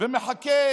ומחכה